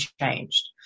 changed